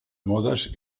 modes